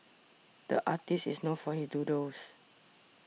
the artist is known for his doodles